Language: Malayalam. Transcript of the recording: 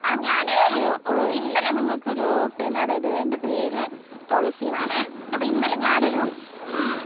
ആ ഞാൻ ഇന്നലെ നിങ്ങൾക്കൊരു പിന്നെ അതായത് എൻറെ പേര് തുളസിന്നാണേ അപ്പോൾ ഇന്നലെ ഞാൻ ഒരു